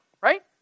right